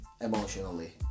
emotionally